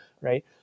right